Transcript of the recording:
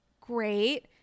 great